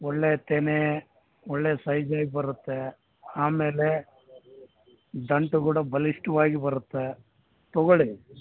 ಒಳ್ಳೆಯ ತೆನೆ ಒಳ್ಳೆಯ ಸೈಜಾಗಿ ಬರುತ್ತೆ ಆಮೇಲೆ ದಂಟು ಕೂಡ ಬಲಿಷ್ಟವಾಗಿ ಬರುತ್ತೆ ತೊಗೊಳ್ಳಿ